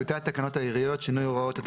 תודה רבה.